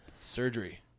Surgery